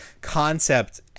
concept